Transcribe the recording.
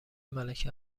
ملک